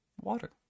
water